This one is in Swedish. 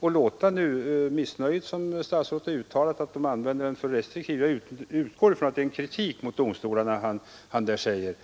Det missnöje som s uttalat mot att regeln använts restriktivt — jag utgår från att det är kritik han därvid framför mot domstolarna resulterar i stället